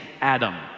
Adam